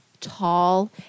tall